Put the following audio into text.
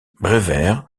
brewer